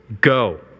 go